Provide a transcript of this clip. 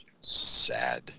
Sad